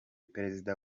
perezida